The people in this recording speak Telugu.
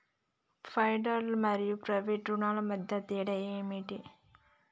ఫెడరల్ మరియు ప్రైవేట్ రుణాల మధ్య తేడా ఏమిటి?